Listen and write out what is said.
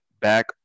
back